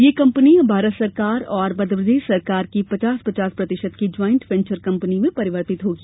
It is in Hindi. यह कंपनी अब भारत सरकार और मध्यप्रदेश सरकार की पचास पचास प्रतिशत की ज्वाइंट वेंचर कंपनी में परिवर्तित होगी